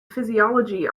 physiology